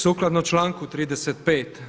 Sukladno članku 35.